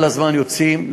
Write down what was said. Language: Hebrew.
כל הזמן יוצאים,